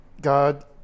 God